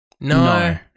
No